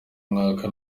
mwaka